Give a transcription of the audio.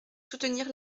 soutenir